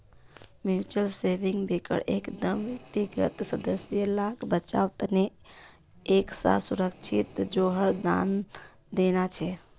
mutual savings बैंकेर मकसद व्यक्तिगत सदस्य लाक बच्वार तने एक टा सुरक्ष्हित जोगोह देना छे